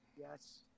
Yes